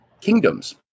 kingdoms